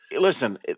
Listen